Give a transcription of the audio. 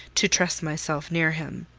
to trust myself near him.